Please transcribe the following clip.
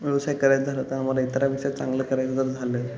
व्यवसाय करायचं झालं त्यामध्ये इतरांपेक्षा चांगलं करायचं जर झालं